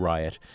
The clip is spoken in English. Riot